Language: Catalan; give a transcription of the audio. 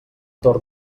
torn